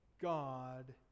God